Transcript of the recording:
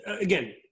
again